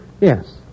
Yes